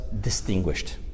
distinguished